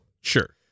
Sure